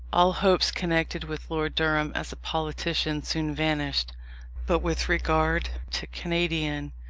all hopes connected with lord durham as a politician soon vanished but with regard to canadian,